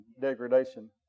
degradation